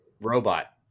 robot